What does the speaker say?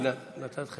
כאילו אתה צריך לתבוע.